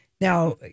Now